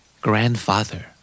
Grandfather